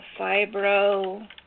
fibro